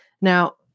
Now